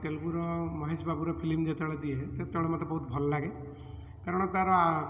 ତେଲଗୁର ମହେଶବାବୁର ଫିଲ୍ମ ଯେତେବେଳେ ଦିଏ ସେତେବେଳେ ମୋତେ ବହୁତ୍ ଭଲ୍ ଲାଗେ କାରଣ ତା'ର